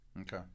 Okay